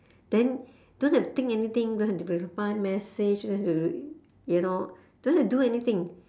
then don't have to think anything don't have to reply message you know don't have to do anything